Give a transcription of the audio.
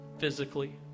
physically